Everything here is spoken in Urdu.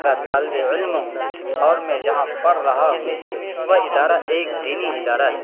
کا طالب علم ہوں اور میں جہاں پڑھ رہا ہوں وہ ادارہ ایک دینی ادارہ ہے